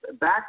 back